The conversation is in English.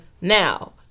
Now